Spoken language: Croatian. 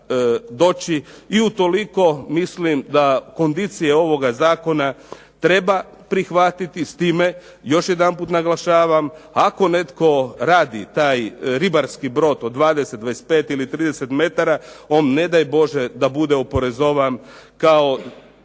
doći. I utoliko mislim da kondicije ovoga zakona treba prihvatiti s time još jedanput naglašavam, ako netko radi taj ribarski brod od 20, 25 ili 30 metara, on ne daj Bože da bude oporezovan kao